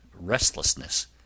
RESTLESSNESS